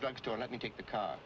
drug store let me take the car